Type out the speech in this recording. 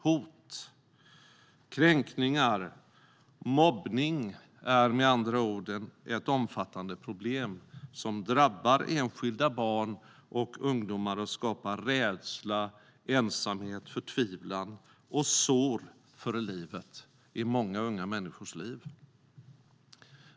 Hot, kränkningar och mobbning är med andra ord ett omfattande problem som drabbar enskilda barn och ungdomar och skapar rädsla, ensamhet, förtvivlan och sår för livet i många unga människors liv.